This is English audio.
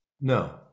No